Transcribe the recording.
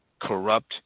corrupt